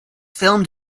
filmed